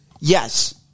Yes